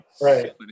right